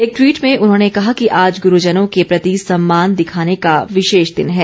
एक ट्वीट में उन्होंने कहा कि आज गुरुजनों के प्रति सम्मान दिखाने का विशेष दिन है